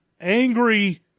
angry